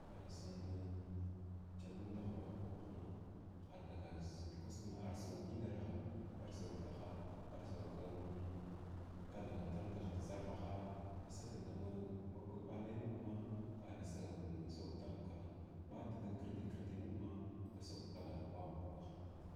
Ka dasag na kyalmu dgh vavaka kwahna daza kasukna ar suga kin daraha ar sagwa ki thnhaa arda katha talga ki zarhah da sagad ma ma da ba lay nudaha ɓa diga krdikrdi nud ma ba sagwar kithan vavaka kwah